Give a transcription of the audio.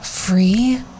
free